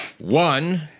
one